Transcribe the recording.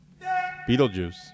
Beetlejuice